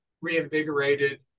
reinvigorated